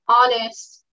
honest